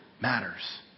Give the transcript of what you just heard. matters